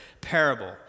parable